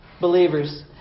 Believers